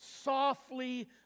softly